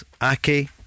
Aki